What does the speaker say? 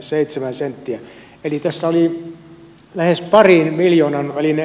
eli tässä oli lähes parin miljoonan ero